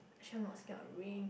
actually I'm not scared of rain